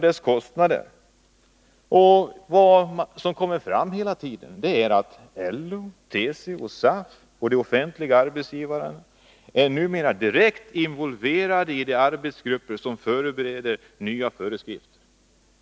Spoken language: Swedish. Detta har också kommit fram på andra håll. LO, TCO, SAF och de offentliga arbetsgivarna är numera direkt involverade i de arbetsgrupper som förbereder nya föreskrifter.